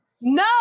No